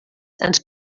ens